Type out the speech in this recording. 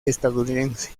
estadounidense